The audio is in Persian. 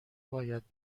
باید